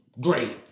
Great